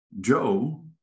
Joe